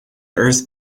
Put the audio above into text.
earth